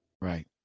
Right